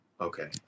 Okay